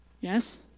yes